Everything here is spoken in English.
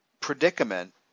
predicament